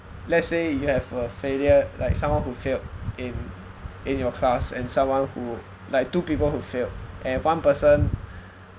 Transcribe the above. let's say you have a failure like someone who failed in in your class and someone who like two people who failed and one person